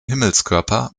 himmelskörper